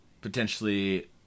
potentially